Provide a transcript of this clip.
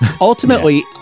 ultimately